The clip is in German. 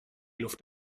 luft